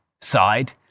side